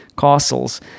castles